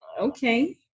okay